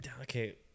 Okay